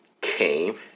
came